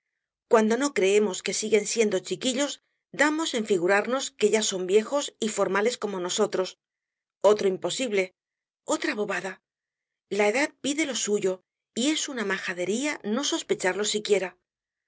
cuando no creemos que siguen siendo chiquillos damos en figurarnos que ya son viejos y formales como nosotros otro imposible otra bobada la edad pide lo suyo y es una majadería no sospecharlo siquiera lo